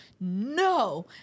no